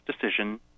decision